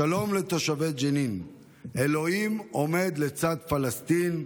"שלום לתושבי ג'נין, אלוהים עומד לצד פלסטין.